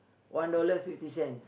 one dollar fifty cent